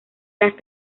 las